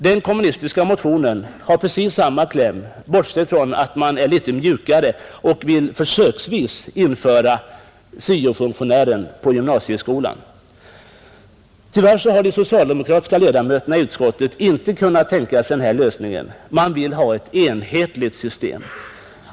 Den kommunistiska motionen har samma yrkande bortsett från att den är litet mjukare och vill försöksvis införa syo-funktionären på gymnasieskolan. Tyvärr har de socialdemokratiska ledamöterna i utskottet inte kunnat tänka sig denna lösning. Man vill ha ett enhetligt system.